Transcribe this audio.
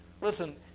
Listen